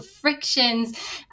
frictions